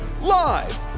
live